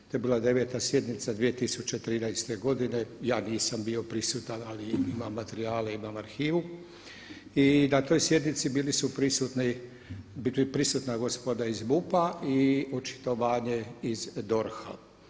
To je bila 9. sjednica 2013. godine, ja nisam bio prisutan ali imam materijale, imam arhivu i na toj sjednici bili su prisutna gospoda iz MUP-a i očitovanje iz DORH-a.